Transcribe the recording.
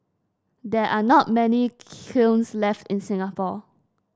there are not many kilns left in Singapore